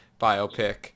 biopic